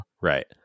Right